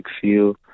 feel